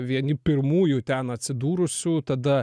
vieni pirmųjų ten atsidūrusių tada